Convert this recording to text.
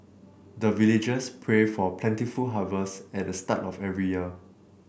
the villagers pray for plentiful harvests at the start of every year